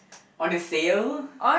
on a sale